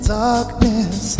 darkness